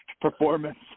performance